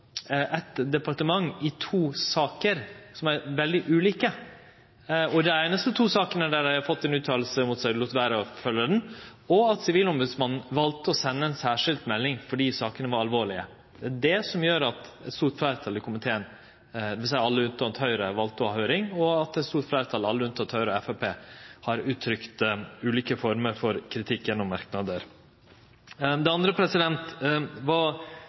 eit departement i to saker som er veldig ulike – og dei einaste to sakene der dei har fått ein uttale mot seg – lét vere å følgje uttalen, og at Sivilombodsmannen valde å sende ei særskild melding fordi sakene var alvorlege, som gjer at eit stort fleirtal i komiteen, dvs. alle unntatt Høgre, valde å ha høyring, og at eit stort fleirtal, alle unntatt Høgre og Framstegspartiet, har uttrykt ulike former for kritikk gjennom merknader. Det andre